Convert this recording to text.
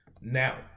Now